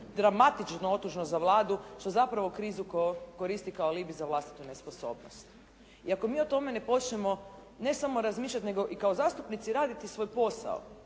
dramatično otužno za Vladu, što zapravo krizu koristi kao alibi za vlastitu nesposobnost. I ako mi o tome ne počnemo ne samo razmišljati nego i kao zastupnici raditi svoj posao,